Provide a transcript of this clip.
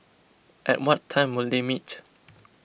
at what time will they meet